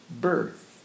birth